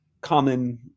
common